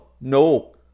No